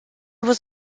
was